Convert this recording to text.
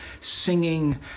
singing